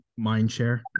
Mindshare